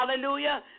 Hallelujah